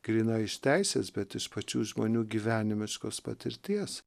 grynai iš teisės bet iš pačių žmonių gyvenimiškos patirties